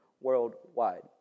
worldwide